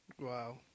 Wow